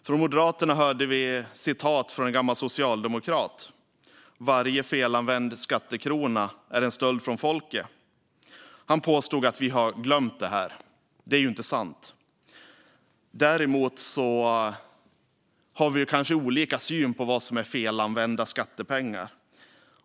Från Moderaternas Kjell Jansson hörde vi ett citat från en gammal socialdemokrat: Varje felanvänd skattekrona är en stöld från folket. Kjell Jansson påstod att vi har glömt det här. Det är ju inte sant. Däremot har vi kanske olika syn på vad som är felanvända skattepengar.